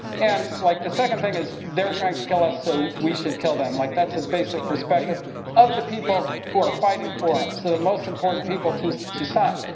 and like, the second thing is, they're trying to kill us, so we should kill them. like, that's a basic perspective of the people who are fighting for em. so, the most important people to, to some.